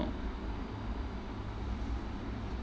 mm